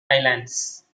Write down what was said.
islands